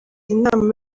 inama